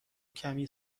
کمی